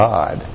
God